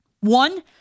One